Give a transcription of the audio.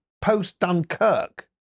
post-Dunkirk